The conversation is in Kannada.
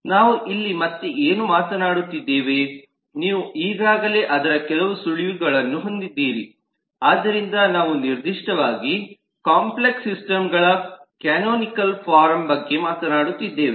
ನಾವು ಇಲ್ಲಿ ಮತ್ತೆ ಏನು ಮಾತನಾಡುತ್ತಿದ್ದೇವೆ ನೀವು ಈಗಾಗಲೇ ಅದರ ಕೆಲವು ಸುಳಿವುಗಳನ್ನು ಹೊಂದಿದ್ದೀರಿ ಆದ್ದರಿಂದ ನಾವು ನಿರ್ದಿಷ್ಟವಾಗಿ ಕಾಂಪ್ಲೆಕ್ಸ್ ಸಿಸ್ಟಮ್ಗಳ ಕ್ಯಾನೋನಿಕಲ್ ಫಾರ್ಮ್ ಬಗ್ಗೆ ಮಾತನಾಡುತ್ತಿದ್ದೇವೆ